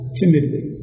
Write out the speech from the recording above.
timidly